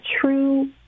true